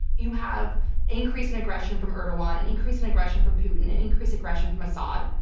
you have increasing aggression from erdogan, and increasing aggression from putin, and increasing aggression from assad.